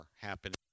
happening